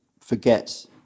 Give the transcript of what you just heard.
forget